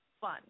fun